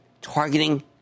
targeting